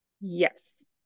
Yes